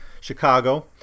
chicago